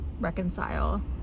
reconcile